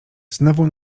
znowu